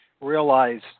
realize